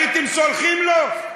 הייתם סולחים לו?